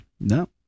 No